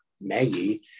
Maggie